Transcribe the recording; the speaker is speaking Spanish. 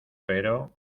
pero